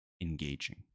engaging